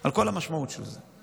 על כל המשמעות של זה.